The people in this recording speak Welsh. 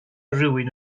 rhywun